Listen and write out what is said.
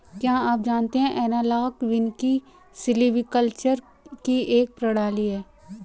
क्या आप जानते है एनालॉग वानिकी सिल्वीकल्चर की एक प्रणाली है